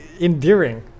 endearing